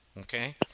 Okay